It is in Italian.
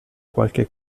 qualche